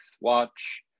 watch